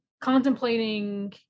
contemplating